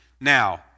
Now